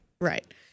Right